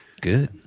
Good